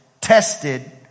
tested